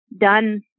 done